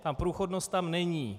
Ta průchodnost tam není.